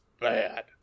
bad